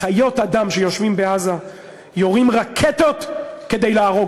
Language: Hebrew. חיות אדם, שיושבים בעזה, יורים רקטות כדי להרוג